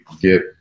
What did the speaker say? get